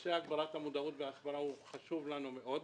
נושא הגברת המודעות וההסברה הוא חשוב לנו מאוד.